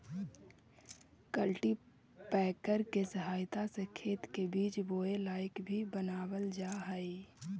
cultipacker के सहायता से खेत के बीज बोए लायक भी बनावल जा हई